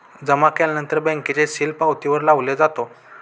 जमा केल्यानंतर बँकेचे सील पावतीवर लावले जातो